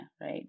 Right